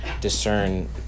discern